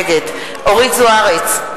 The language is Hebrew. נגד אורית זוארץ,